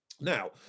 Now